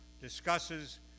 discusses